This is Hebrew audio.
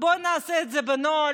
בואי נעשה את זה בנוהל